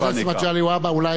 חבר הכנסת מגלי והבה,